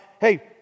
hey